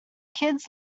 kids